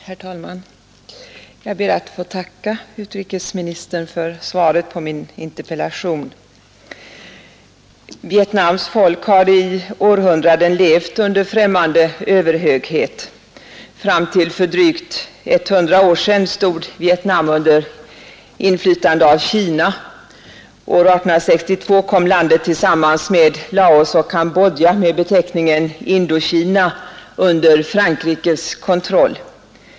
Herr talman! Jag ber att få tacka utrikesministern för svaret på min interpellation. Vietnams folk har i århundraden levt under främmande överhöghet. Fram till för dryg 100 år sedan stod Vietnam under inflytande av Kina. År 1862 kom landet tillsammans med Laos och Cambodja med beteckningen Indokina under Frankrikes kontroll.